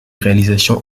réalisation